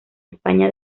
españa